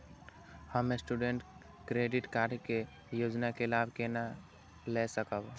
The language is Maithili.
हम स्टूडेंट क्रेडिट कार्ड के योजना के लाभ केना लय सकब?